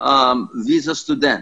ויזה סטודנט.